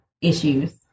issues